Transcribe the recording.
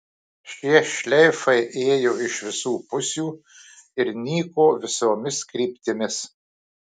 šie šleifai ėjo iš visų pusių ir nyko visomis kryptimis